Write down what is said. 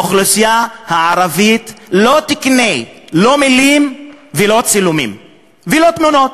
האוכלוסייה הערבית לא תקנה לא מילים ולא צילומים ולא תמונות.